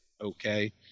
Okay